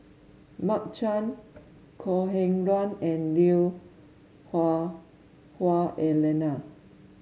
Mark Chan Kok Heng Leun and Lui Hah Wah Elena